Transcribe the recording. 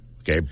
Okay